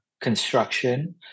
construction